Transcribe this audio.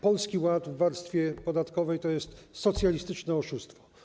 Polski Ład w warstwie podatkowej to jest socjalistyczne oszustwo.